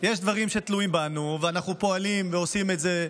דברים שתלויים בנו ואנחנו פועלים ועושים את זה.